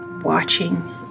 watching